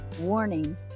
warning